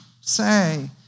say